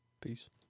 Peace